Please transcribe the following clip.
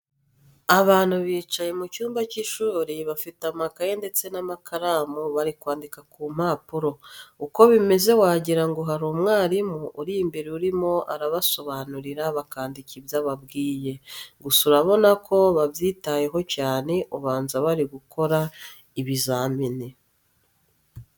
Abantu bicaye mu cyumba cy'ishuri bafite amakaye ndetse n'amakaramu bari kwandika ku mpapuro. Uko bimeze wagira ngo hari umwarimu uri imbere urimo arabasobanurira bakandika ibyo ababwiye. Gusa urabona ko babyitayeho cyane ubanza bari gukora ibizamini.